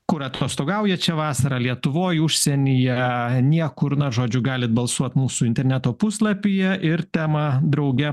kur atostogaujat šią vasarą lietuvoj užsienyje niekur na žodžiu galit balsuot mūsų interneto puslapyje ir temą drauge